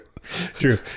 True